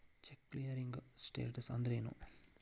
Check clearing status ಅಂದ್ರೇನು?